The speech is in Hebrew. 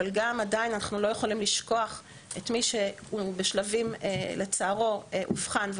אבל גם עדיין אנחנו לא יכולים לשכוח את מי שהוא לצערו אובחן,